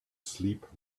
sleep